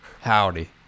howdy